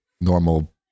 normal